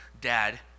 dad